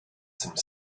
some